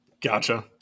Gotcha